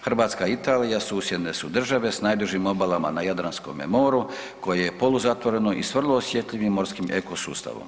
Hrvatska i Italija susjedne su države s najdužim obalama na Jadranskome moru koje je poluzatvoreno i s vrlo osjetljivim morskim ekosustavom.